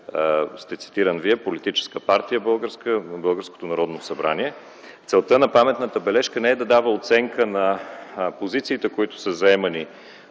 сте цитиран Вие, българска политическа партия, българското Народно събрание. Целта на паметната бележка не е да дава оценка на позициите, които са заемани